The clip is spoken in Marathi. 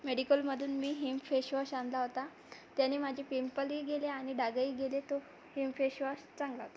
मेडिकलमधून मी हिम फेश वॉश आणला होता त्याने माझे पिंपलही गेले आणि डागंही गेले तो हिम फेश वॉश चांगला होता